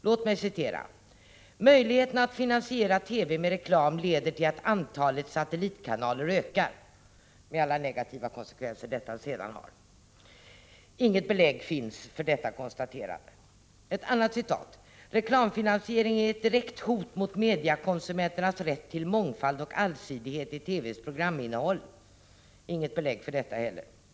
Låt mig citera: ”Möjligheterna att finansiera TV med reklam leder till att antalet satellitkanaler ökar.” Inget belägg finns för detta. Ett annat citat: ”Reklamfinansiering är ett direkt hot mot mediakonsumenternas rätt till mångfald och allsidighet i TV:s programinnehåll.” Inte heller för detta finns det något belägg.